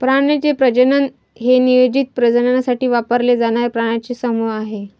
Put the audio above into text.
प्राण्यांचे प्रजनन हे नियोजित प्रजननासाठी वापरले जाणारे प्राण्यांचे समूह आहे